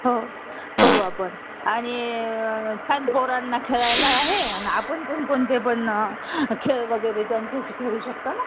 हो करू आपण आणि छान पोरांना खेळायला आहे आणि आपण पण कोणते पण खेळ वगैरे त्यांच्याशी खेळू शकतो ना